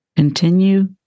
Continue